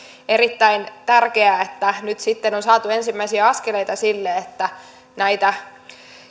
erittäin tärkeää on että nyt sitten on saatu ensimmäisiä askeleita sille että näitä